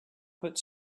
put